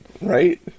Right